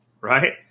right